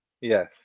Yes